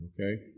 Okay